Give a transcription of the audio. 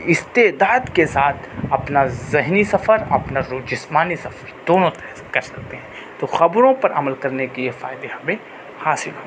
استعداد کے ساتھ اپنا ذہنی سفر اپنا جو جسمانی سفر دونوں طے کر سکتے ہیں تو خبروں پر عمل کرنے کے یہ فائدے ہمیں حاصل ہوں گے